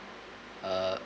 uh